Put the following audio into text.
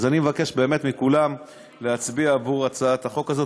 אז אני מבקש באמת מכולם להצביע בעד הצעת החוק הזאת.